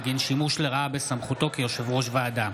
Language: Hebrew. בגין שימוש לרעה בסמכותו כיושב-ראש ועדה.